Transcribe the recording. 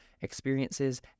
experiences